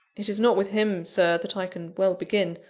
it is not with him, sir, that i can well begin.